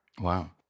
Wow